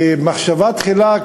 במחשבה תחילה,